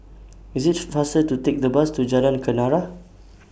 IT IS faster to Take The Bus to Jalan Kenarah